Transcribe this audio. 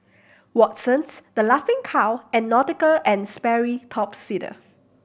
Watsons The Laughing Cow and Nautica and Sperry Top Sider